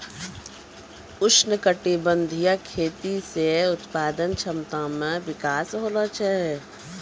उष्णकटिबंधीय खेती से उत्पादन क्षमता मे विकास होलो छै